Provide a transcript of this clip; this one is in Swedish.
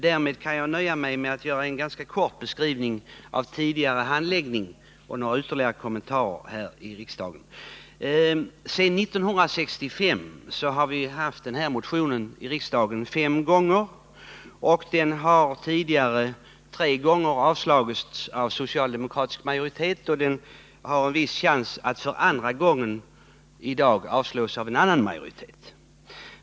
Därmed skall jag nöja mig med att göra en ganska kort beskrivning av tidigare handläggning av ärendet här i kammaren och göra ytterligare några kommentarer. Sedan 1965 har denna motion väckts i riksdagen fem gånger. Den har avslagits tre gånger av socialdemokratisk majoritet, och den har i dag viss chans att för andra gången avslås av en annan majoritet.